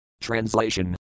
Translation